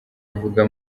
avuga